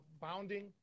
bounding